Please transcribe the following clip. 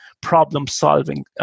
problem-solving